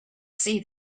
see